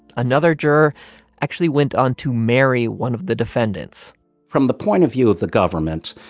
another juror actually went on to marry one of the defendants from the point of view of the government,